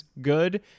good